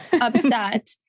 upset